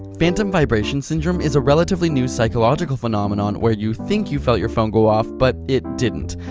phantom vibration syndrome is a relatively new psychological phenomenon where you think you felt your phone go off, but it didn't.